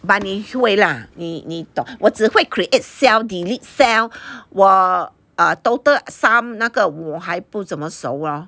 but 你会 lah 你你懂我只会 create cell delete cell 我 err total sum 那个我还不怎么熟 lor